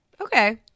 Okay